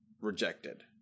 rejected